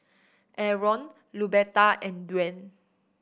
Arron Luberta and Dwaine